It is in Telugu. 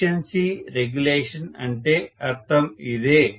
ఎఫిషియన్సి రెగ్యులేషన్ అంటే అర్థం ఇదే